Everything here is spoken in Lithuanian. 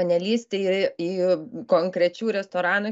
nelįsti ir į konkrečių restoranų